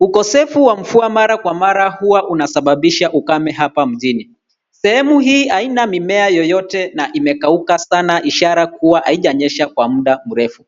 Ukosefu wa mvua mara kwa mara huwa unasababisha ukame hapa mjini. Sehemu hii haina mimea yoyote na imekauka sana ishara kuwa haijanyesha kwa muda mrefu.